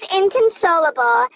inconsolable